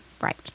Right